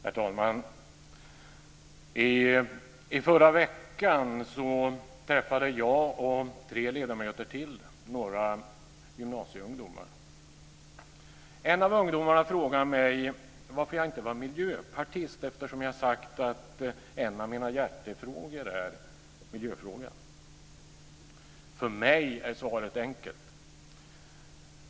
Fru talman! I förra veckan träffade jag och tre ledamöter till några gymnasieungdomar. En av ungdomarna frågade mig varför jag inte var Miljöpartist, eftersom jag sagt att en av mina hjärtefrågor är miljöfrågorna. För mig är svaret enkelt.